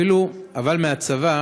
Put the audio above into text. אבל מהצבא